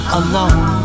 alone